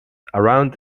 around